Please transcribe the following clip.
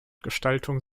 gestaltung